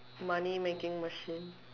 money making machine